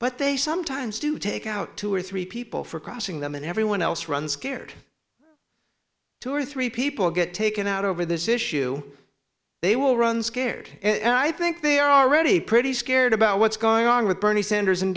but they sometimes do take out two or three people for crossing them and everyone else runs scared two or three people get taken out over this issue they will run scared and i think they are already pretty scared about what's going on with bernie sanders and